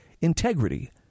integrity